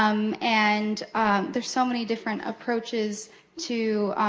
um and there's so many different approaches to